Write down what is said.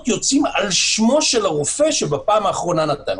יוצאים על שמו של הרופא שבפעם האחרונה נתן.